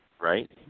right